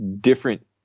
different